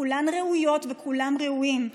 כולן ראויות וכולם ראויים,